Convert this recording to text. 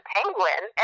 Penguin